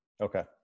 okay